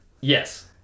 yes